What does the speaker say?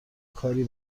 کاری